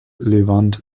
levante